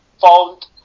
found